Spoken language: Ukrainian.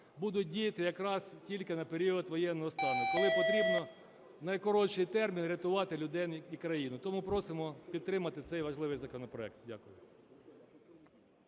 будуть діяти якраз тільки на період воєнного стану, коли потрібно в найкоротший термін рятувати людей і країну. Тому просимо підтримати цей важливий законопроект. Дякую.